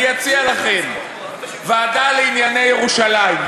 אני אציע לכם: ועדה לענייני ירושלים,